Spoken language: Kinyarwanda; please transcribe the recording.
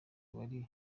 wari